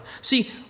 See